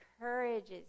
encourages